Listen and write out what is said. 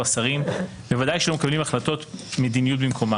השרים ובוודאי שלא מקבלים החלטות מדיניות במקומם.